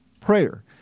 prayer